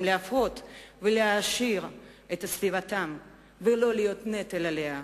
להפרות ולהעשיר את סביבתם ולא להיות נטל עליה,